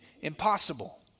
impossible